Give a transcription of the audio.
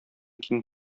киң